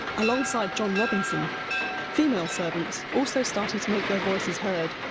alongside john robinson female servants also started to make their voices heard,